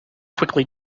quickly